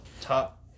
top